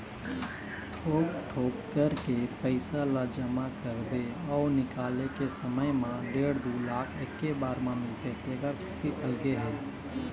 थोक थोक करके पइसा ल जमा करबे अउ निकाले के समे म डेढ़ दू लाख एके बार म मिलथे तेखर खुसी अलगे हे